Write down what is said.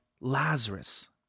Lazarus